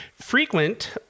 frequent